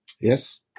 Yes